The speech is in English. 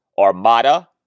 Armada